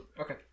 Okay